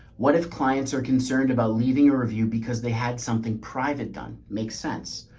what if clients are concerned about leaving a review because they had something private done? makes sense.